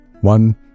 One